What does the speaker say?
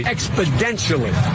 Exponentially